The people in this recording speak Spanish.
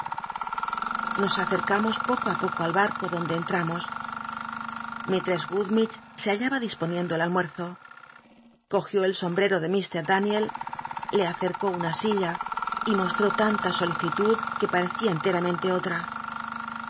nos acercamos poco i poco al barco donde entramos liistrcss gummidge se hal laba disponiendo el almuerzo cogió el sombrero i mr daniel le acetcó una silla y mostró tanta solicitud que pnrccia enteramente o